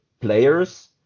players